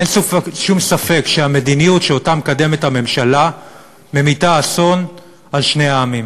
אין שום ספק שהמדיניות שהממשלה מקדמת ממיטה אסון על שני העמים,